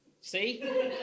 see